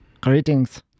Greetings